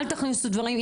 אל תכניסו דברים.